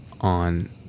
on